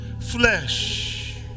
flesh